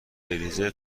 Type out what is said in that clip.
بریزه